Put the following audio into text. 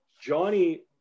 Johnny